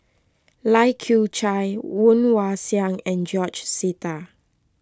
Lai Kew Chai Woon Wah Siang and George Sita